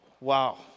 Wow